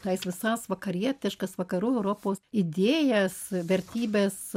tais visas vakarietiškas vakarų europos idėjas vertybes